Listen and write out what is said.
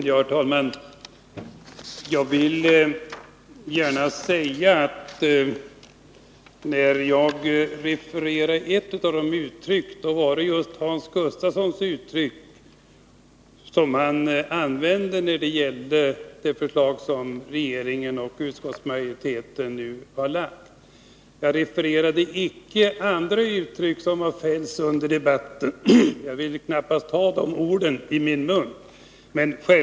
Herr talman! Jag vill gärna säga att ett av de uttryck jag refererade var just det som Hans Gustafsson använde när det gäller det förslag som regeringen och utskottsmajoriteten nu har lagt fram. Jag refererade icke andra uttryck som har använts i debatten, för jag ville knappast ta de orden i min mun i detta sammanhang.